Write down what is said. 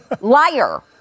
liar